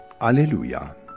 Alleluia